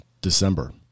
December